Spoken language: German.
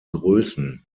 größen